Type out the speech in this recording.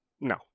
No